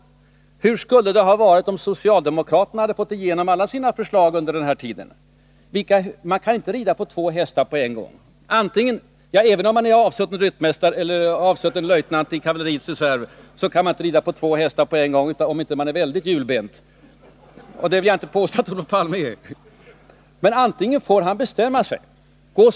Hur skulle det ha varit om socialdemokraterna hade fått igenom alla sina förslag under den här tiden? Man kan inte rida på två hästar på en gång. Även om man är avsutten ryttmästare eller avsutten löjtnant i kavalleriets reserv kan man inte rida på två hästar på en gång — om man inte är väldigt hjulbent, och det vill jag inte påstå att Olof Palme är. Men han får bestämma sig.